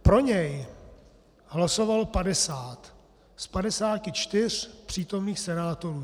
Pro něj hlasovalo 50 z 54 přítomných senátorů.